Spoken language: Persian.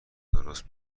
درست